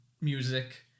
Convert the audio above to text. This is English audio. music